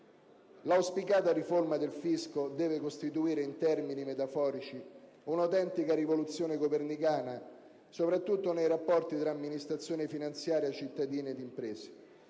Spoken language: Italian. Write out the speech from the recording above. L'auspicata riforma del fisco deve costituire in termini metaforici un'autentica rivoluzione copernicana soprattutto nei rapporti tra amministrazione finanziaria, cittadini ed imprese,